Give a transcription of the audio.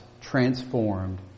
transformed